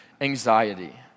anxiety